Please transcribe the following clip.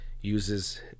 uses